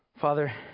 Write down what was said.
Father